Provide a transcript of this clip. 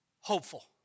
hopeful